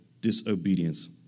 disobedience